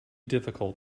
difficult